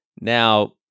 Now